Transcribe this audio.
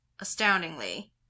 astoundingly